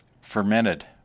fermented